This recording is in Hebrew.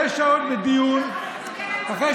שש שעות בדיון, אחרי